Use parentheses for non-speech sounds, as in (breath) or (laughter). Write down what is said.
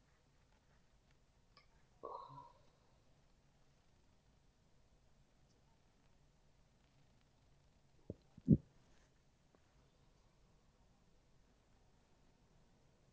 (breath)